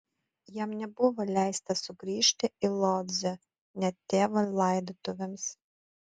jam nebuvo leista sugrįžti į lodzę net tėvo laidotuvėms